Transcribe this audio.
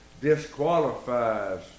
disqualifies